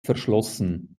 verschlossen